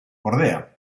ordea